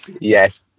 Yes